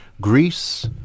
Greece